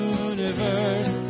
universe